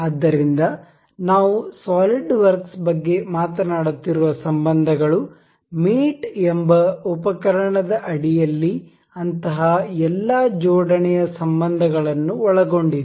ಆದ್ದರಿಂದ ನಾವು ಸಾಲಿಡ್ವರ್ಕ್ಸ್ ಬಗ್ಗೆ ಮಾತನಾಡುತ್ತಿರುವ ಸಂಬಂಧಗಳು ಮೇಟ್ ಎಂಬ ಉಪಕರಣದ ಅಡಿಯಲ್ಲಿ ಅಂತಹ ಎಲ್ಲಾ ಜೋಡಣೆ ಯ ಸಂಬಂಧಗಳನ್ನು ಒಳಗೊಂಡಿದೆ